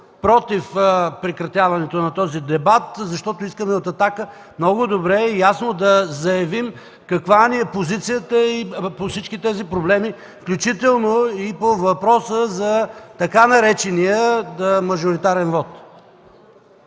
против прекратяването на този дебат, защото от „Атака” искаме много добре, ясно да заявим каква ни е позицията по всички тези проблеми, включително и по въпроса за така наречения „мажоритарен вот”.